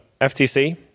ftc